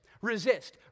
Resist